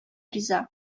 риза